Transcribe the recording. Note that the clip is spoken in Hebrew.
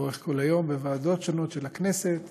לאורך כל היום בוועדות שונות של הכנסת